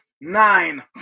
Nine